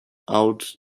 out